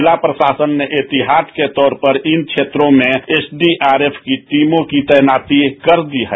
जिला प्रशासन ने एस्तियात के तौर पर इन शेत्रों में एसडीआरएक की टीमों की तैनाती कर दी है